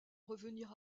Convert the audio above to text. revenir